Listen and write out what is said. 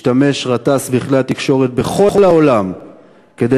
השתמש גטאס בכלי התקשורת בכל העולם כדי